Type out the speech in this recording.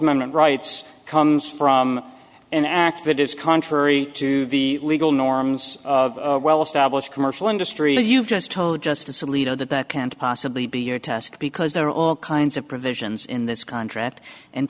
amendment rights comes from an act that is contrary to the legal norms of well established commercial industry you've just told justice alito that that can't possibly be your test because there are all kinds of provisions in this contract and